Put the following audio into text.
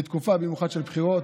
במיוחד בתקופה של בחירות.